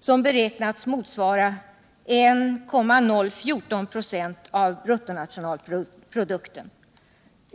som beräknats motsvara 1,014 ”» av bruttonationalprodukten.